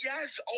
yes